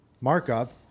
markup